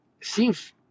Seems